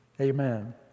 Amen